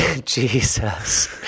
Jesus